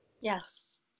Yes